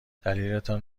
دلیلتان